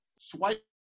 swipe